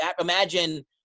imagine